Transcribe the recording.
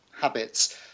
habits